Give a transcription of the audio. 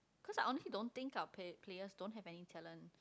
cause I only don't think our play~ player don't have any talent